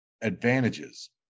advantages